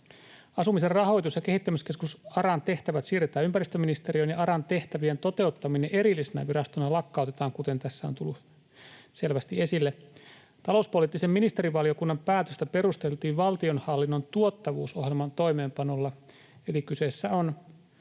Asumisen rahoitus- ja kehittämiskeskus ARAn tehtävät siirretään ympäristöministeriöön, ja ARAn tehtävien toteuttaminen erillisenä virastona lakkautetaan, kuten tässä on tullut selvästi esille. Talouspoliittisen ministerivaliokunnan päätöstä perusteltiin valtionhallinnon tuottavuusohjelman toimeenpanolla, eli kyseessä on